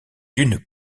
une